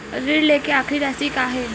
ऋण लेके आखिरी राशि का हे?